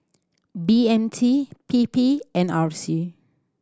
B M T P P and R C